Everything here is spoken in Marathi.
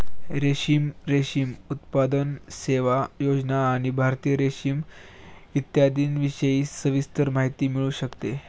रेशीम, रेशीम उत्पादन, सेवा, योजना आणि भारतीय रेशीम इत्यादींविषयी सविस्तर माहिती मिळू शकते